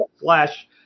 flash